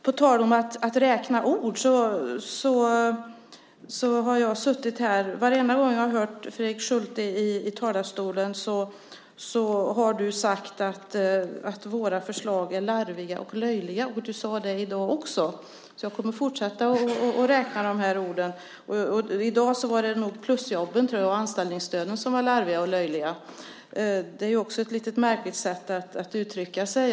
På tal om att räkna ord; varje gång jag har hört Fredrik Schulte i talarstolen har du sagt att våra förslag är larviga och löjliga. Du sade det i dag också, så jag kommer att fortsätta att räkna de här orden. I dag var det nog plusjobben och anställningsstödet som var larviga och löjliga. Det är ju också ett lite märkligt sätt att uttrycka sig.